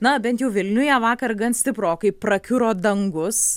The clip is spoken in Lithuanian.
na bent jau vilniuje vakar gan stiprokai prakiuro dangus